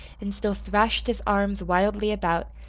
and still thrashed his arms wildly about,